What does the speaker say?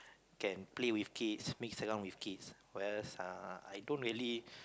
can play with kids mix around with kids whereas uh I don't really